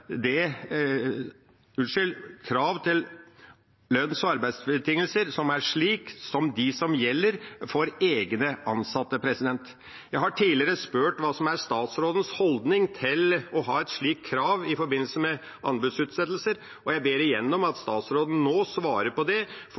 det som gjelder for egne ansatte.» Jeg har tidligere spurt hva som er statsrådens holdning til å ha et slikt krav i forbindelse med anbudsutsettelser, og jeg ber igjen om at statsråden svarer på det, for